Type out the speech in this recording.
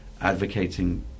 advocating